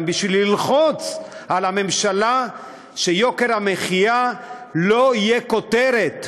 בשביל ללחוץ על הממשלה שיוקר המחיה לא יהיה כותרת,